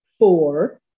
Four